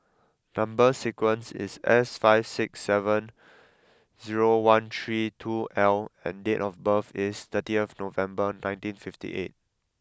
number sequence is S five six seven zero one three two L and date of birth is thirtieth November nineteen fifty eight